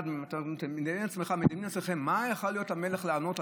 אתם מדמיינים לעצמכם מה יכול המלך לענות,